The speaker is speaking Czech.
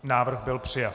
Návrh byl přijat.